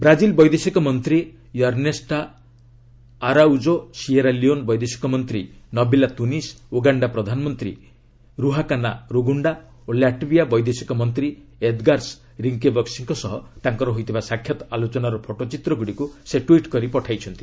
Brazil ବୈଦେଶିକ ମନ୍ତ୍ରୀ Ernesto Araujo Sierra Leone ବୈଦେଶିକ ମନ୍ତ୍ରୀ ନବିଲା ତୁନିସ୍ ଉଗାଣ୍ଡା ପ୍ରଧାନମନ୍ତ୍ରୀ ରୁହାକାନା ରୁଗୁଖା ଓ ଲାଟ୍ବିଆ ବୈଦେଶିକ ମନ୍ତ୍ରୀ ଏଦ୍ଗାର୍ସ ରିଙ୍କେବିକୁଙ୍କ ସହ ତାଙ୍କର ହୋଇଥିବା ସାକ୍ଷାତ୍ ଆଲୋଚନାର ଫଟୋଚିତ୍ରଗୁଡ଼ିକୁ ସେ ଟ୍ୱିଟ୍ କରି ପଠାଇଛନ୍ତି